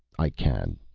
i can,